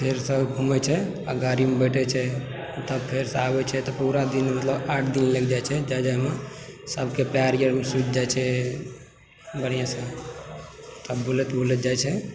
फेरसँ घूमै छै आओर गाड़ीमे बैठै छै तब फेरसँ आबै छै पूरा दिन मतलब आठ दिन लागिग जाइ छै जाहिमे सबके बढ़िआँ आर सूजि जाइ छै बढ़िआँसँतब बूलैत बूलैत जाइ छै